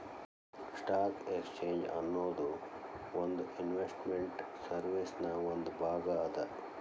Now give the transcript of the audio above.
stock exchange ಅನ್ನೊದು ಒಂದ್ investment ಸರ್ವೇಸಿನ್ ಒಂದ್ ಭಾಗ ಅದ